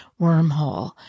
wormhole